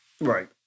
Right